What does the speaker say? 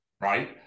right